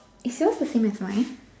is yours the same as mine